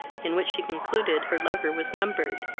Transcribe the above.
in which she concluded her lover was numbered.